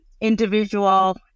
individual